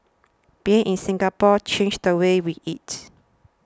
being in Singapore changed the way we eat